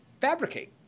fabricate